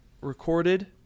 recorded